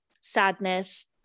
sadness